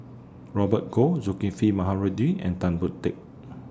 Robert Goh Zulkifli Baharudin and Tan Boon Teik